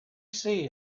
see